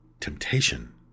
temptation